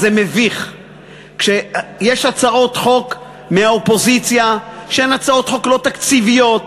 זה מביך כשיש הצעות חוק מהאופוזיציה שהן הצעות חוק לא תקציביות,